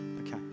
okay